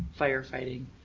firefighting